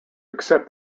accept